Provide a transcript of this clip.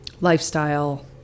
Lifestyle